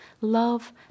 Love